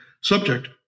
subject